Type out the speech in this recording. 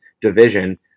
division